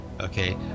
Okay